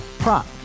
Prop